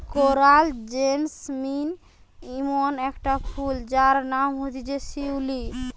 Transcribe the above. coral jasmine ইমন একটা ফুল যার নাম হতিছে শিউলি